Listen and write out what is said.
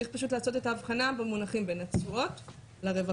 צריך פשוט לעשות את ההבחנה במונחים בין התשואות לרווחים.